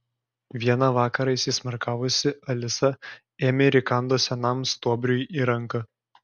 vieną vakarą įsismarkavusi alisa ėmė ir įkando senam stuobriui į ranką